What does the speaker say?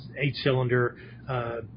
eight-cylinder